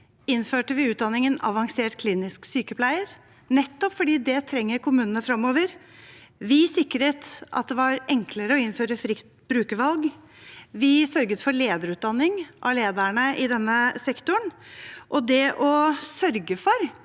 innførte vi utdanningen avansert klinisk sykepleier nettopp fordi kommunene trenger det framover. Vi sikret at det var enklere å innføre fritt brukervalg. Vi sørget for lederutdanning av lederne i denne sektoren. Det å sørge for